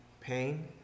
Pain